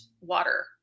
water